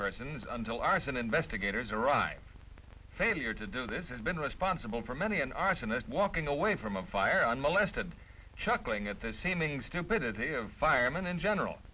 persons until arson investigators a rhyme failure to do this and been responsible for many an arsonist walking away from a fire and molested chuckling at the seeming stupidity of firemen in general